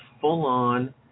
full-on